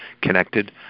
connected